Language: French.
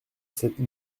cette